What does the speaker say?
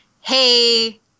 Hey